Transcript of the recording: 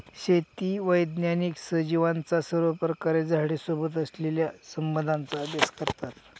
शेती वैज्ञानिक सजीवांचा सर्वप्रकारे झाडे सोबत असलेल्या संबंधाचा अभ्यास करतात